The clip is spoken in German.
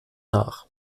nach